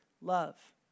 love